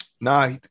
Nah